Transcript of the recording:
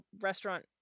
restaurant